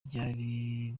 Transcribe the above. ryari